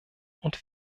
und